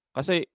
Kasi